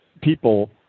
people